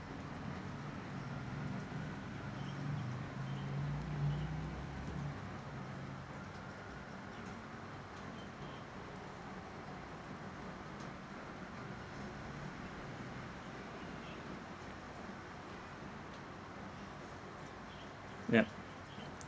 yup